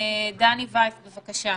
דני וייס, בבקשה.